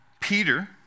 Peter